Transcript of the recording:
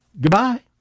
goodbye